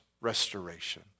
restoration